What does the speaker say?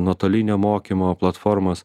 nuotolinio mokymo platformos